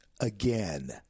again